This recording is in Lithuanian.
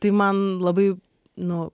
tai man labai nu